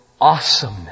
awesome